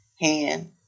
hand